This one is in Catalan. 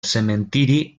cementiri